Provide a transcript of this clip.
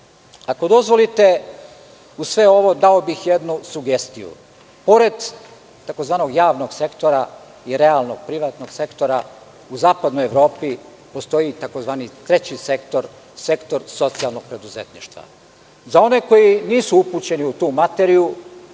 dozvolite, uz sve ovo dao bih jednu sugestiju. Pored tzv. javnog sektora i realnog privatnog sektora u Zapadnoj Evropi postoji tzv. treći sektor – sektor socijalnog preduzetništva.Za one koji nisu upućeni u tu materiju